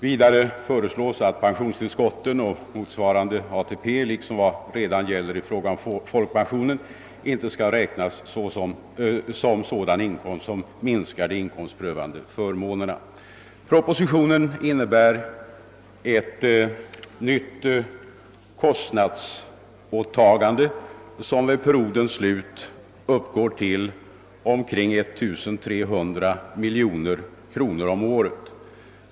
Vidare föreslås att pensionstillskotten och motsvarande ATP — i likhet med vad som redan gäller i fråga om folkpension — inte skall räknas som sådan inkomst som minskar inkomstprövade förmåner. Propositionen innebär ett nytt kostnadsåtagande som vid periodens ut gång uppgår till omkring 1 300 miljoner kronor om året.